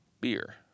beer